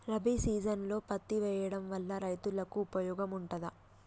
రబీ సీజన్లో పత్తి వేయడం వల్ల రైతులకు ఉపయోగం ఉంటదా?